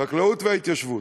החקלאות וההתיישבות.